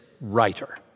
writer